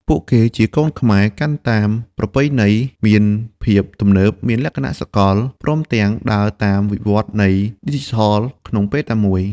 ពួកគេជាកូនខ្មែរ កាន់តាមប្រពៃណី មានភាពទំនើប មានលក្ខណៈសកល ព្រមទាំងដើរតាមវិវឌ្ឍនៃឌីជីថលក្នុងពេលតែមួយ។